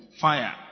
Fire